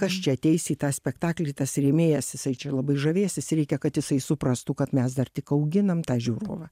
kas čia ateis į tą spektaklį tas rėmėjas jisai čia labai žavėsis reikia kad jisai suprastų kad mes dar tik auginam tą žiūrovą